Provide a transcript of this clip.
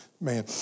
Man